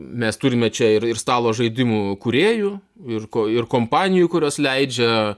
mes turime čia ir ir stalo žaidimų kūrėjų ir ko ir kompanijų kurios leidžia